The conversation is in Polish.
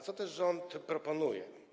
Co też rząd proponuje?